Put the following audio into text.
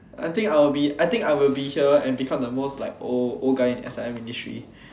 I think I will be I think I will be here and become the most like old old guy in S_I_M in history